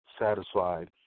satisfied